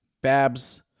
Babs